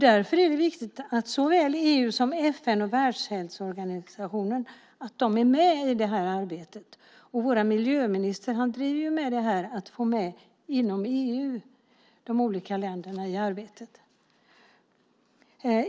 Därför är det viktigt att såväl EU som FN och Världshälsoorganisationen är med i det här arbetet för en renare global atmosfär. Vår miljöminister driver också att få med de olika länderna i EU i detta arbete.